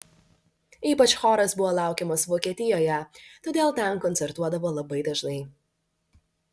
ypač choras buvo laukiamas vokietijoje todėl ten koncertuodavo labai dažnai